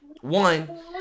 one